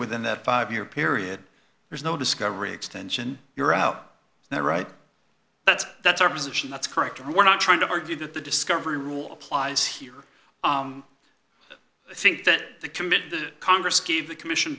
within that five year period there's no discovery extension you're out there right that's that's our position that's correct and we're not trying to argue that the discovery rule plies here i think that the committee the congress gave the commission